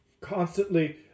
constantly